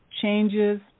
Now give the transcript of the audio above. changes